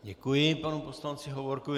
Děkuji panu poslanci Hovorkovi.